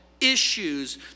issues